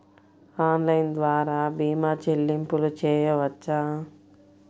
Online ద్వార భీమా చెల్లింపులు చేయవచ్చా?